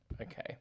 Okay